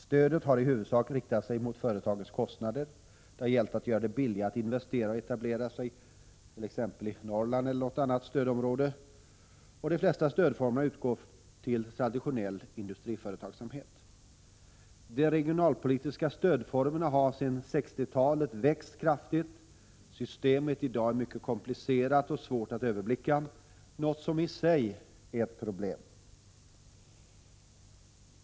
Stödet har i huvudsak inriktats på företagens kostnader — det har gällt att göra det billigare att investera och etablera sig i t.ex. Norrland eller något annat ”stödområde”. Och de flesta stödformerna gäller traditionell industriföretagsamhet. De regionalpolitiska stödformerna har sedan 1960-talet vuxit kraftigt. Systemet är i dag mycket komplicerat och svårt att överblicka, något som i sig är ett problem.